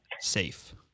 safe